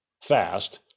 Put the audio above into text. fast